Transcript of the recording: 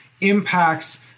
impacts